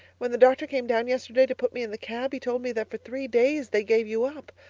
when the doctor came down yesterday to put me in the cab, he told me that for three days they gave you up.